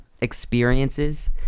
experiences